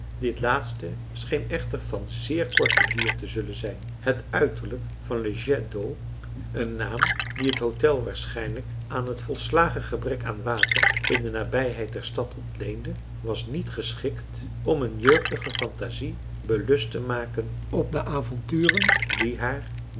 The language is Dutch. dit laatste scheen echter van zeer korten duur te zullen zijn het uiterlijk van le jet d'eau een naam dien het hôtel waarschijnlijk aan het volslagen gebrek aan water in de nabijheid der stad ontleende was niet geschikt om een jeugdige fantasie belust te maken op de avonturen die haar